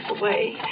away